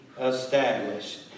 established